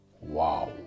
Wow